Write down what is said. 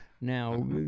Now